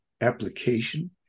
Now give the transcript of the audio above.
application